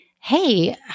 hey